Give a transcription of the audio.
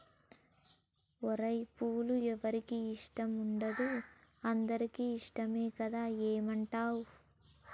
ఓరై పూలు ఎవరికి ఇష్టం ఉండదు అందరికీ ఇష్టమే కదా ఏమంటావ్